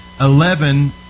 Eleven